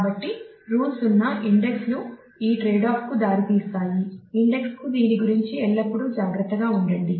కాబట్టి rule 0 index లు ఈ ట్రేడ్ఆఫ్ కు దారి తీస్తాయి ఇండెక్స్ కు దీని గురించి ఎల్లప్పుడూ జాగ్రత్తగా ఉండండి